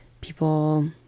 people